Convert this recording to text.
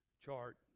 chart